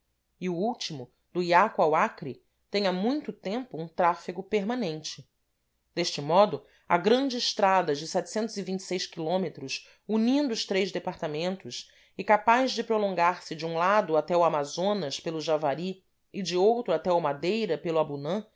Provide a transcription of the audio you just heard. e o último do iaco ao acre tem há muito tempo um tráfego permanente deste modo a grande estrada de km unindo os três departamentos e capaz de prolongar-se de um lado até ao amazonas pelo javari e de outro até ao madeira pelo abunã